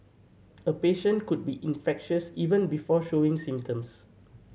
a patient could be infectious even before showing symptoms